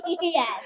Yes